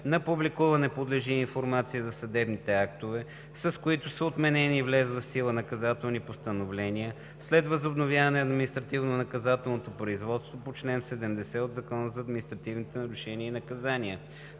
На публикуване подлежи и информация за съдебните актове, с които са отменени влезли в сила наказателни постановления след възобновяване на административнонаказателно производство по чл. 70 от Закона за административните нарушения и наказания.